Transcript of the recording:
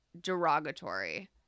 derogatory